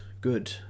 good